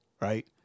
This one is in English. right